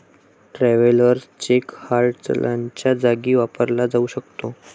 travellers cheque hard चलनाच्या जागी वापरला जाऊ शकतो